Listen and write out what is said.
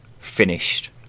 finished